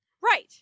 right